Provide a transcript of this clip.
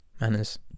manners